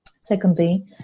Secondly